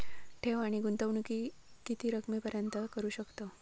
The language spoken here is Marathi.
ठेव आणि गुंतवणूकी किती रकमेपर्यंत करू शकतव?